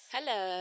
Hello